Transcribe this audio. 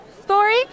story